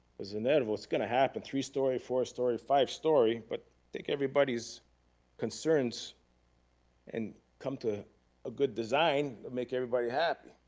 cause and then, what's gonna happen, three story, four story, five story, but take everybody's concerns and come to a good design would make everybody happy.